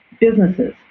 businesses